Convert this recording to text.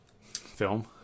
Film